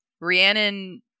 Rhiannon